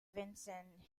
vincennes